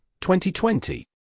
2020